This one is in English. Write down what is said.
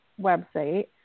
website